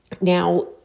now